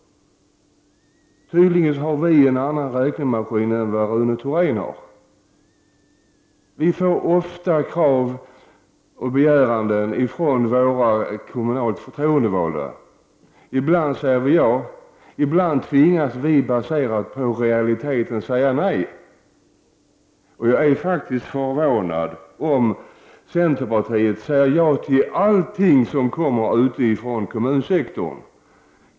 Tydligen har vi en annan räknemaskin än vad Rune Thorén har. Vi får ofta krav från våra kommunalt förtroendevalda. Ibland säger vi ja, ibland tvingas vi på grund av realiteter säga nej. Jag är faktiskt förvånad om centerpartiet säger ja till alla krav som kommer från kommunsektorn.